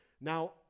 Now